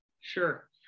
Sure